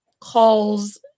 calls